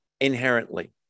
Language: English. inherently